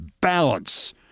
balance